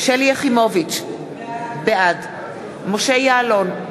שלי יחימוביץ, בעד משה יעלון,